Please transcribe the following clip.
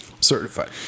Certified